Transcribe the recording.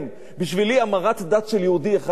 בשבילי, המרת דת של יהודי אחד זה סוף העולם.